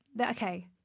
okay